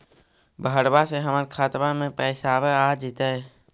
बहरबा से हमर खातबा में पैसाबा आ जैतय?